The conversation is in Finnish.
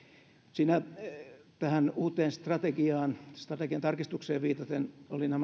tähän uuteen strategiaan strategian tarkistukseen viitaten